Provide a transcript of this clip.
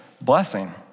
blessing